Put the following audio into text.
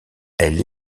elle